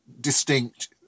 distinct